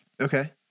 Okay